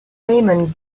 payment